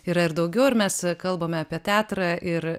yra ir daugiau ir mes kalbame apie teatrą ir